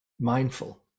mindful